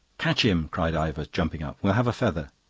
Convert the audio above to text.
catch him! cried ivor, jumping up. we'll have a feather.